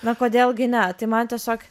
na kodėl gi ne tai man tiesiog